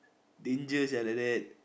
danger sia like that